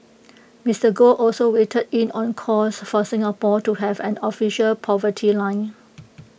Mister Goh also weighed in on calls for Singapore to have an official poverty line